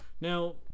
Now